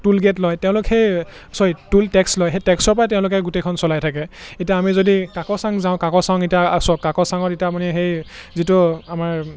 টুল gate লয় তেওঁলোক সেই চৰি টুল টেক্স লয় সেই টেক্সৰপৰাই তেওঁলোকে গোটেইখন চলাই থাকে এতিয়া আমি যদি কাকচাং যাওঁ কাকচাং এতিয়া চাওক কাকচাঙত এতিয়া আপুনি সেই যিটো আমাৰ